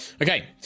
Okay